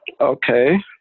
Okay